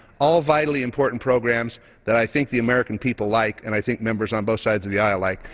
all vitally important programs that i think the american people like and i think members on both sides of the aisle like.